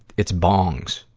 it's bongs,